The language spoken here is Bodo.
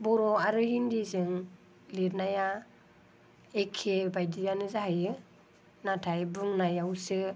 बर' आरो हिन्दीजों लिरनाया एखेबायदियानो जाहैयो नाथाय बुंनायावसो